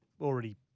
already